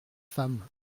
femme